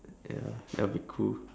ya that will be cool